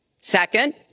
Second